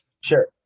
Sure